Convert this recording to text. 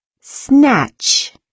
Snatch